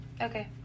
Okay